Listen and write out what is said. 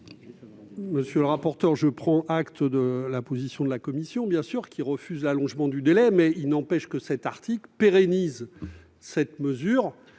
Monsieur le rapporteur, je prends acte de la position de la commission, qui refuse l'allongement du délai. Il n'empêche que l'article 3 pérennise les Micas.